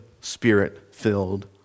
spirit-filled